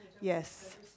yes